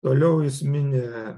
toliau jis mini